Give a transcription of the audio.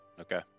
Okay